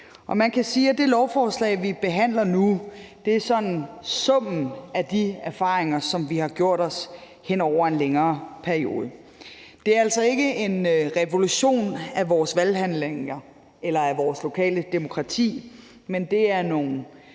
det lovforslag, vi behandler nu, er summen af de erfaringer, som vi har gjort os hen over en længere periode. Det er altså ikke en revolution af vores valghandlinger eller af vores lokale demokrati, men det er nogle